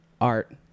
art